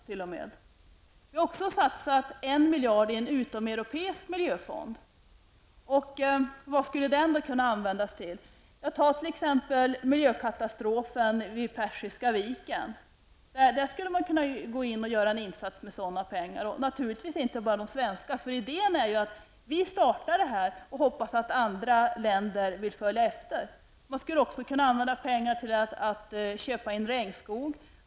Vi har också föreslagit en miljard i en utomeuropeisk miljöfond. Vad skulle dessa pengar kunna användas till? Jo, t.ex. till miljökatastrofen vid Persiska viken. Där skulle man kunna göra en insats med sådana pengar, och naturligtvis inte bara från svenskt håll. Idén är ju att vi skall starta och hoppas att andra länder följer efter. Man skulle också kunna använda pengarna till att köpa in regnskog.